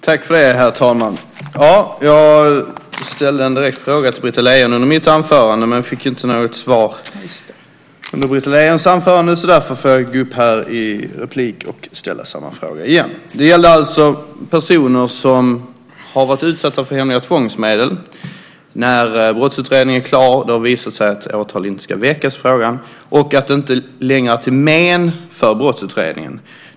Herr talman! Jag ställde en direkt fråga till Britta Lejon i mitt anförande men fick inte något svar i hennes anförande, så därför går jag upp i replik och ställer frågan igen. Det gäller alltså personer som har varit utsatta för hemliga tvångsmedel. När brottsutredningen är klar har det visat sig att något åtal inte ska väckas i frågan och att det inte längre är till men för brottsutredningen.